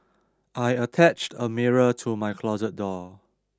I attached a mirror to my closet door